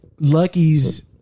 Lucky's